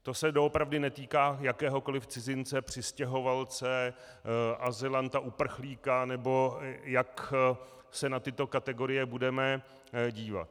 To se doopravdy netýká jakéhokoliv cizince, přistěhovalce, azylanta, uprchlíka, nebo jak se na tyto kategorie budeme dívat.